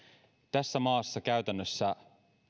tässä maassa käytännössä